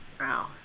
Wow